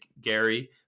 Gary